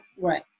Right